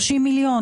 30 מיליון.